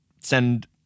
send